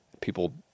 People